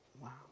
Wow